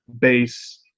base